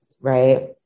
right